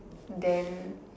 then